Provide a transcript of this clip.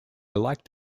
liked